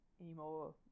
anymore